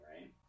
right